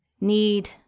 need